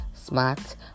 smart